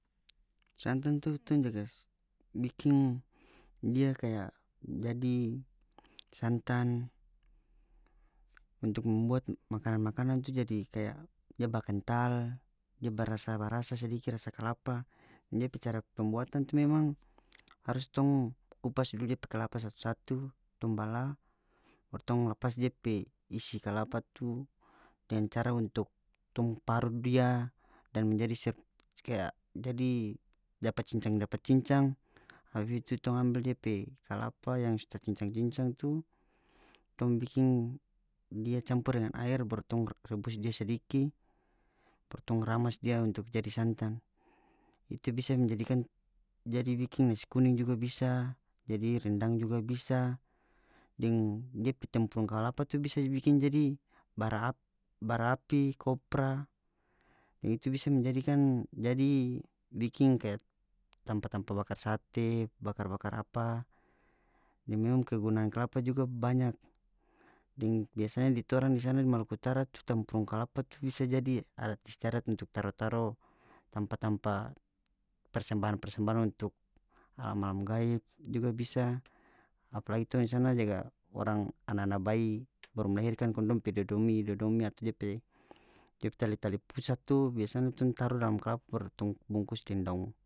Santan tu tong jaga bikin dia kaya jadi santan untuk membuat makanan-makanan tu jadi kaya dia ba kantal dia ba rasa ba rasa sadiki rasa kalapa dia pe cara pembuatan tu memang harus tong kupas dulu dia pe kalapa satu-satu tong bala baru tong lapas dia pe isi kalapa tu dengan cara untuk tong parut dia dan menjadi kaya jadi dapa cincang dapa cincang abis tong ambe depe kalapa yang so ta cincang-cincang tu tong bikin dia campur dia dengan aer baru tong rebus dia sadiki baru tong ramas dia untuk jadi santan itu bisa menjadikan jadi bikin nasi kuning juga bisa jadi rendang juga bisa deng dia pe tempurung kalapa tu bisa bikin jadi bara bara api kopra itu bisa menjadikan jadi biking kaya tampa-tampa bakar sate bakar-bakar apa deng memang kegunaan kalapa juga banyak deng biasanya torang di sana di maluku utara tu tampurung kalapa tu bisa jadi adat istiadat untuk taro-taro tampa-tampa persembahan-persembahan untuk alam-alam gaib juga bisa apalagi tong di sana jaga orang ana-ana bayi baru melahirkan kong dong pe dodomi dodomi atau depe depe tali-tali pusat tu biasanya tong taru dalam kalapa baru tong bungkus deng daong.